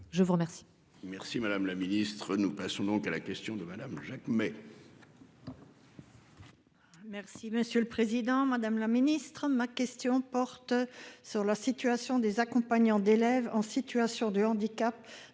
je vous remercie.